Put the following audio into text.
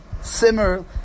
simmer